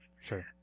Sure